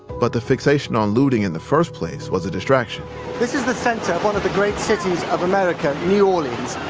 but the fixation on looting in the first place was a distraction this is the center of one of the great centers of america, new orleans.